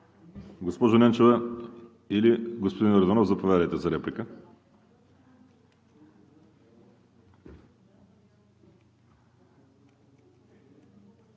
Госпожо Ненчева или господин Йорданов, заповядайте за реплика?